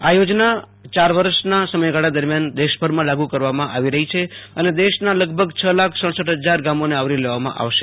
આ યોજના યોરે વર્ષના સમયગાળા દરમિયાન દેશભરમાં લાગુ કરવામાં આવી રહી છે અને દેશના લગભગ છ લાખ ડેં ફજાર ગામોને આવરી લેવામાં આવશે